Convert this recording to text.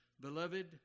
Beloved